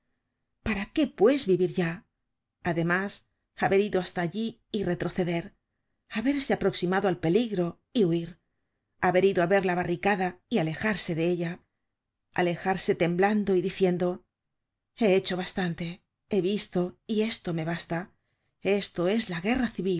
señas paraqué pues vivir ya además haber ido hasta allí y retroceder haberse aproximado al pelifro y huir haber ido á ver la barricada y alejarse de ella alejarse temblando y diciendo he hecho bastante he visto y esto me basta esto es la guerra